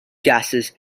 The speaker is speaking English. gases